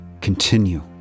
continue